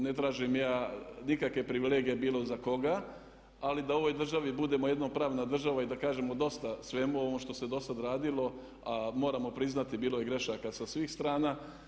Ne tražim ja nikakve privilegije bilo za koga, ali da u ovoj državi budemo jedino pravna država i da kažemo dosta svemu ovom što se do sad radilo, a moramo priznati bilo je grešaka sa svih strana.